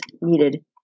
needed